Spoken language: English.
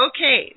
Okay